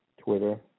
twitter